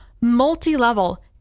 multi-level